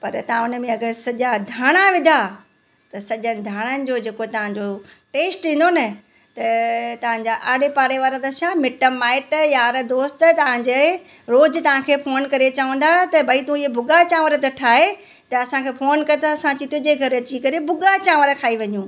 पर तव्हां उन में अगरि सॼा धाणा विधा त सॼा धाणनि जो जेको तव्हांजो टेस्ट ईंदो न त तव्हांजा आड़े पाड़े वारा त छा मिटु माइटु यार दोस्त तव्हांजे रोज़ु तव्हांखे फ़ोन करे चवंदा त भई तू इहे भुॻा चांवर त ठाहे त असांखे फ़ोन कर त असां अची तुंहिंजे घरु अची करे भुॻा चांवर खाई वञू